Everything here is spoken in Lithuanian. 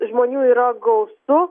žmonių yra gausu